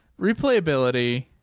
Replayability